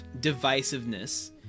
divisiveness